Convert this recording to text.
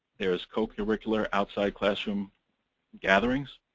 there is co-curricular outside classroom gatherings.